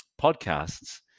podcasts